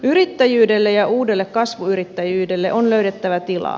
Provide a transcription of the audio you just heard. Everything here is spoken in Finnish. yrittäjyydelle ja uudelle kasvuyrittäjyydelle on löydettävä tilaa